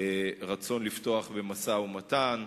רצון לפתוח במשא-ומתן,